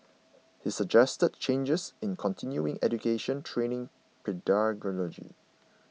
he suggested changes in continuing education training pedagogy